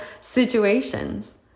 situations